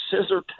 scissor